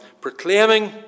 Proclaiming